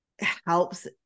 helps